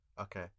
okay